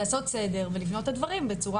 לעשות סדר ולבנות את הדברים בצורה